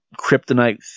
kryptonite